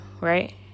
right